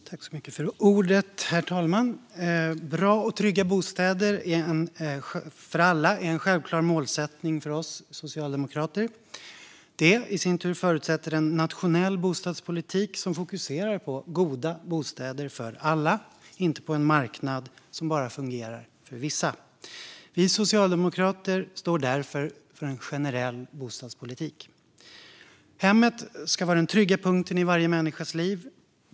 Ett oberoende tvist-lösningsförfarande för kollektiva hyrestvister Herr talman! Bra och trygga bostäder för alla är en självklar målsättning för oss socialdemokrater. Det i sin tur förutsätter en nationell bostadspolitik som fokuserar på goda bostäder för alla, inte på en marknad som fungerar bara för vissa. Vi socialdemokrater står därför för en generell bostadspolitik. Hemmet ska vara den trygga punkten i varje människas liv.